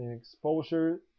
exposure